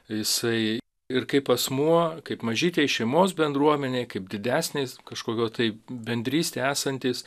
jisai ir kaip asmuo kaip mažytėj šeimos bendruomenėj kaip didesnės kažkokio tai bendrystėj esantys